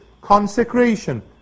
consecration